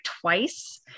twice